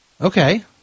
Okay